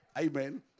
Amen